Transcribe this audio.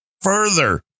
further